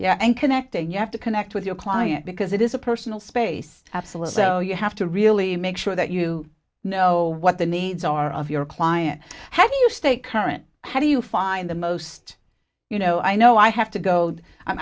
yeah and connecting you have to connect with your client because it is a personal space absolutely so you have to really make sure that you know what the needs are of your client how do you stay current how do you find the most you know i know i have to go i'm